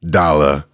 dollar